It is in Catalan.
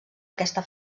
aquesta